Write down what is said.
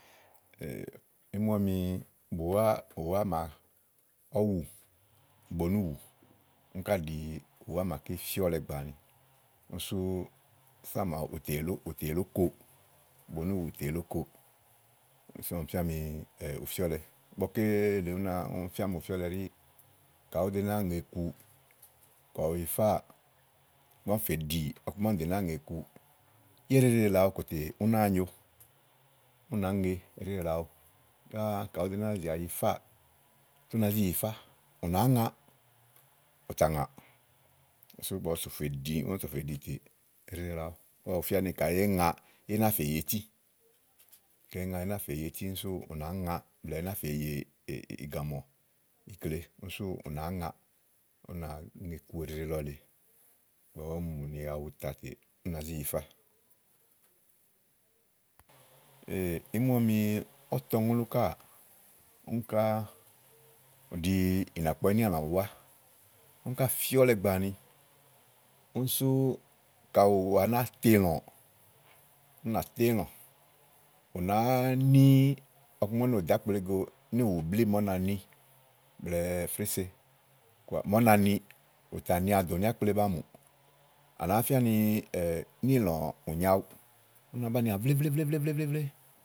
Ìí mu ɔmi bùwá úwà màa ɔ̀wù, onú wú úni ká ɖìi ùwá màaké fíɔlɛ gbàa àni. Úni sú sã màaɖu ù tè yìlè ókoò. Ubonúwù tè yìlè ókòo. Kíni sú ɔmi fía ni ù fíɔlɛ. Ígbɔké lèe ɔmi fía ni ú fíɔlɛ ɖí, ka ùú ɖo nàa ŋè iku. Ka ù yìifá ígbɔ úni fèɖì ɔku màa úni ɖò nááa ŋè iku yá eɖeɖe lèe awu kòtè ú nyo, ú nàáŋe eɖeɖe lèe awu úni ka ùú do ná zi ayifáà, tè ù nàá zí yifá ú nàá ŋa ùtà ŋà ígbɔ ù fía ni káyi èé ŋa yá éyi nàáa fè yè ití. Kíni sú ú nàá ŋa kayi èé ŋa é ná fè yè ití, blɛ̀ɛ éyi nàa fè yè gàmɔ̀ sú ù nàá ŋa igbɔ úni ŋè eɖeɖe lɔ lèe úni ta ètè ú nà yifá. ìí mu ɔmi ɔ̀tɔŋlú káà, úni ká ɖìi ìnàkpɔ̀ ínìàlã ùwá. Úni ká fìɔ́lɛ gbàa àni, úni sú kaɖi ù wa nàáa to ìlɔ̃, ú nà to ilɔ̃. Ù nàá ni ɔku màa ú no ɖò ákple go ínɛnùbli blɛ̀ɛ fése màa ú na ni, ù tà nià dònìà ákple ba mùù, à nàá fía ni níìlɔ̃ nyòo aɖuù. Ú nàá banìi à vlévlévlé vlé,̀